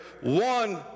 one